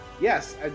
Yes